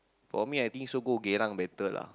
for me I think also go Geylang better lah